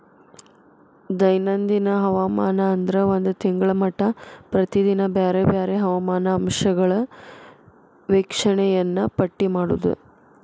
ದೈನಂದಿನ ಹವಾಮಾನ ಅಂದ್ರ ಒಂದ ತಿಂಗಳ ಮಟಾ ಪ್ರತಿದಿನಾ ಬ್ಯಾರೆ ಬ್ಯಾರೆ ಹವಾಮಾನ ಅಂಶಗಳ ವೇಕ್ಷಣೆಯನ್ನಾ ಪಟ್ಟಿ ಮಾಡುದ